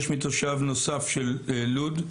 מתושב נוסף של לוד,